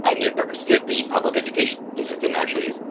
ah new york city public education and system actually,